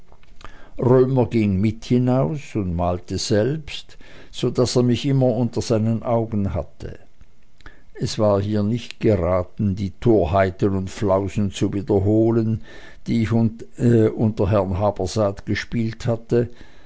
römer ging mit hinaus und malte selbst so daß er mich immer unter seinen augen hatte es war hier nicht geraten die torheiten und flausen zu wiederholen die ich unter herrn habersaat gespielt hatte